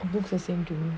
it looks the same to me